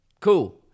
Cool